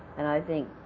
and i think